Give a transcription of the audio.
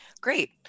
Great